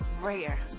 Rare